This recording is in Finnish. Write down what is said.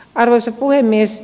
arvoisa puhemies